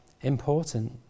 important